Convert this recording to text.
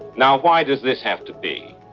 now, why does this have to be?